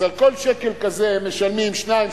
אז על כל שקל כזה הם משלמים 2%,